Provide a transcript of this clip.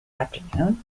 afternoon